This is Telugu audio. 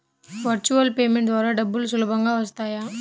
వర్చువల్ పేమెంట్ ద్వారా డబ్బులు సులభంగా వస్తాయా?